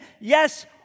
Yes